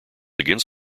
against